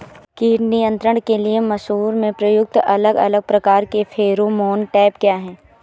कीट नियंत्रण के लिए मसूर में प्रयुक्त अलग अलग प्रकार के फेरोमोन ट्रैप क्या है?